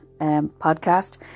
podcast